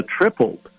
tripled